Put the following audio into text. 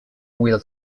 will